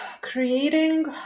creating